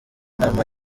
nama